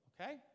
Okay